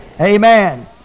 Amen